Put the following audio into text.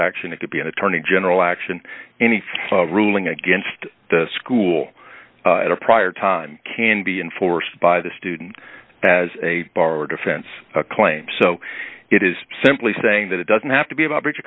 action it could be an attorney general action any ruling against the school in a prior time can be enforced by the student as a bar or defense a claim so it is simply saying that it doesn't have to be a b